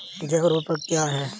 जैव ऊर्वक क्या है?